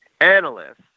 analysts